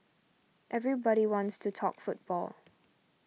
everybody wants to talk football